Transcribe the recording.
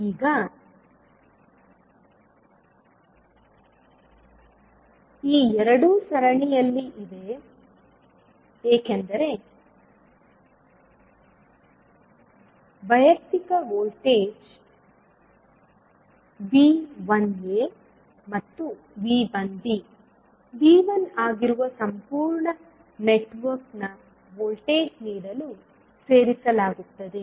ಈಗ ಈ ಎರಡು ಸರಣಿಯಲ್ಲಿ ಇವೆ ಏಕೆಂದರೆ ವೈಯಕ್ತಿಕ ವೋಲ್ಟೇಜ್ V1a ಮತ್ತು V1b V1 ಆಗಿರುವ ಸಂಪೂರ್ಣ ನೆಟ್ವರ್ಕ್ನ ವೋಲ್ಟೇಜ್ ನೀಡಲು ಸೇರಿಸಲಾಗುತ್ತದೆ